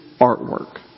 artwork